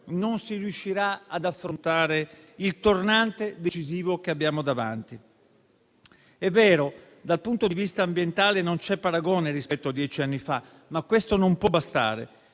non si riuscirà ad affrontare il tornante decisivo che abbiamo davanti. È vero che dal punto di vista ambientale non c'è paragone rispetto a dieci anni fa, ma questo non può bastare.